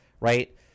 right